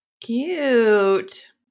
Cute